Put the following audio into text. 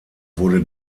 wurde